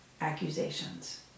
accusations